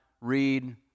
read